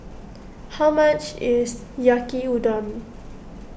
how much is Yaki Udon